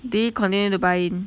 did he continue to buy